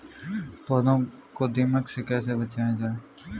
पौधों को दीमक से कैसे बचाया जाय?